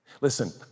Listen